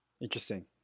interesting